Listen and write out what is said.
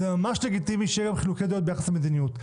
זה ממש לגיטימי שיהיו חילוקי דעות על המדיניות.